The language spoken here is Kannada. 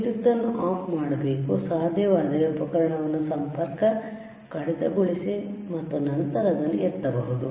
ವಿದ್ಯುತ್ ಅನ್ನು ಆಫ್ ಮಾಡಬೇಕು ಸಾಧ್ಯವಾದರೆ ಉಪಕರಣವನ್ನು ಸಂಪರ್ಕ ಕಡಿತಗೊಳಿಸಿ ಮತ್ತು ನಂತರ ಅದನ್ನು ಎತ್ತಬಹುದು